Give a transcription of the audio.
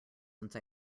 since